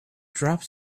dropped